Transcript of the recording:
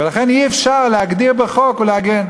ולכן אי-אפשר להגדיר בחוק או לעגן.